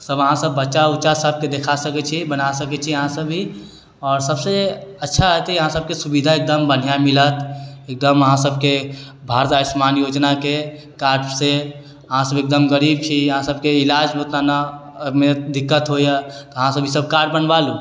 सब अहाँसब बच्चा उच्चा सबके देखा सकै छी बनाइ सकै छी अहाँसब ई आओर सबसँ अच्छा हेतै अहाँ सबके सुविधा एकदम बढ़िआँ मिलत एकदम अहाँ सबके भारत आयुष्मान योजनाके कार्डसँ अहाँसब एकदम गरीब छी अहाँ सबके इलाजमे ने मतलब दिक्कत होइए तऽ अहाँसब ईसब कार्ड बनबा लू